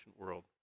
world